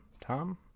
Tom